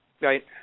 Right